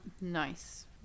Nice